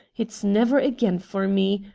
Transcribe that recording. it's never again for me.